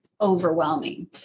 overwhelming